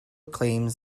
claims